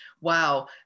wow